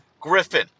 Griffin